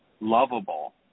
lovable